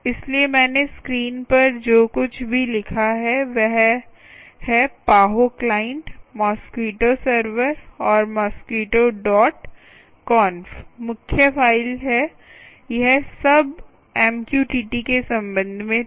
इसलिए मैंने स्क्रीन पर जो कुछ भी लिखा है वह है पाहो क्लाइंट मॉस्क्वीटो सर्वर और मॉस्क्वीटो डॉट कोनफ मुख्य फ़ाइल है यह सब MQTT के संबंध में था